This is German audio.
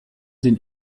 den